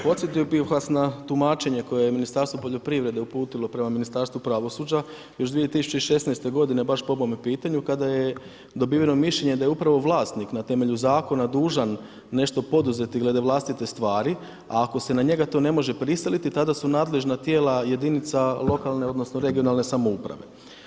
Podsjetio bih vas na tumačenje koje je Ministarstvo poljoprivrede uputilo prema Ministarstvu pravosuđa još 2016. godine baš po ovome pitanju kada je dobiveno mišljenje da je upravo vlasnik na temelju zakona dužan nešto poduzeti glede vlastite stvari a ako se na njega to ne može prisiliti, tada su nadležna tijela jedinica lokalne odnosno regionalne samouprave.